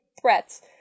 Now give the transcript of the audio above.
threats